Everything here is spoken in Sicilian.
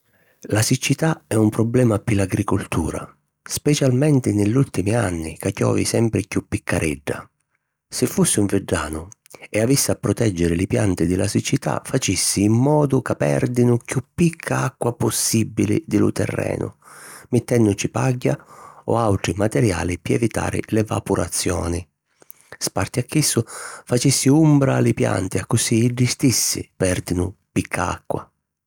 La siccità è un problema pi l’agricultura, specialmenti nni li ùltimi anni ca chiovi sempri chiù piccaredda. Si fussi un viddanu e avissi a protèggiri li pianti di la siccità, facissi in modu ca pèrdinu chiù picca acqua possìbili di lu terrenu, mittènnuci pagghia o àutri materiali pi evitari l'evapurazioni. Sparti a chissu, facissi umbra a li pianti accussì iddi stissi pèrdinu picca acqua.